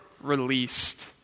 released